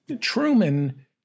Truman